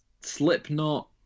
slipknot